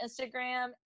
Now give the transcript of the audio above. Instagram